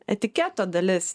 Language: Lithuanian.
etiketo dalis